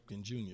Jr